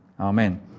Amen